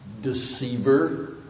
deceiver